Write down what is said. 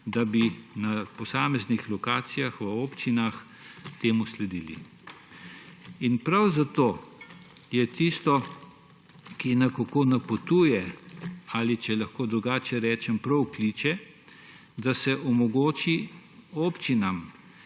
da bi na posameznih lokacijah v občinah temu sledili. In prav zato je tisto, ki nekako napotuje ali, če lahko drugače rečem, prav kliče, da se omogoči občinam,